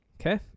Okay